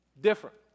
different